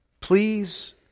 please